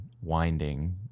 winding